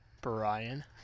Brian